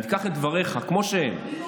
אני אקח את דבריך כמו שהם.